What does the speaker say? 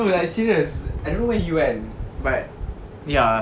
no like serious I don't know where he went but ya